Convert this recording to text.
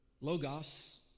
Logos